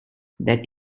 that